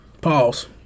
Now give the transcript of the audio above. Pause